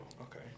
Okay